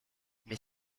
mais